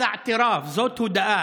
(אומר בערבית: זאת הודאה,)